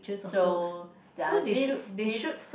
so their this this